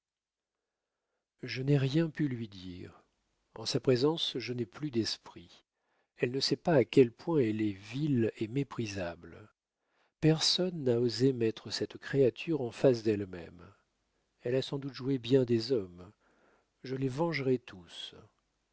je n'ai rien pu lui dire en sa présence je n'ai plus d'esprit elle ne sait pas à quel point elle est vile et méprisable personne n'a osé mettre cette créature en face d'elle-même elle a sans doute joué bien des hommes je les vengerai tous